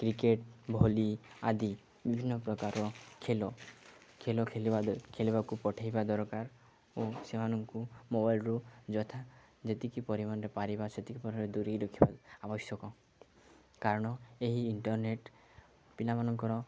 cricket ଭଳି ଆଦି ବିଭିନ୍ନ ପ୍ରକାରର ଖେଳ ଖେଳ ଖେଳିବା ଖେଳିବାକୁ ପଠାଇବା ଦରକାର ଓ ସେମାନଙ୍କୁ ମୋବାଇଲ୍ରୁ ଯଥା ଯେତିକି ପରିମାଣରେ ପାରିବା ସେତିକି ପରିମାଣରେ ଦୂରେଇ ରଖିବା ଆବଶ୍ୟକ କାରଣ ଏହି ଇଣ୍ଟର୍ନେଟ୍ ପିଲାମାନଙ୍କର